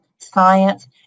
science